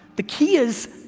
the key is,